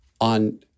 on